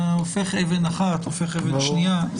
אתה הופך אבן אחת, הופך אבן שנייה.